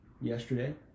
yesterday